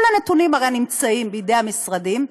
כל הנתונים הרי נמצאים בידי המשרדים,